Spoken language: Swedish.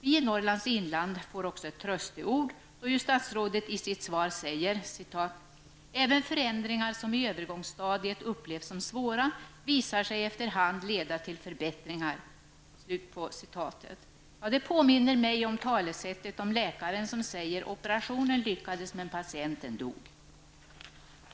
Vi i Norrlands inland får också ett trösteord, då statsrådet i sitt svar säger: ''Även förändringar som i övergångsstadiet upplevs som svåra visar sig efter hand leda till förbättringar''. Det påminner mig om talesättet om läkaren, som säger: Operationen lyckades, men patienten dog!